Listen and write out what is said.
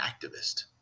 activist